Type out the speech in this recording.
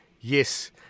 yes